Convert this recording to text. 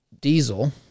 diesel